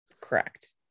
Correct